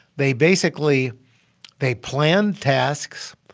they basically they planned tasks,